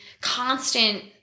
constant